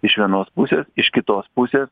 iš vienos pusės iš kitos pusės